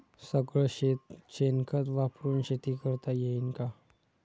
सगळं शेन खत वापरुन शेती करता येईन का?